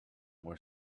were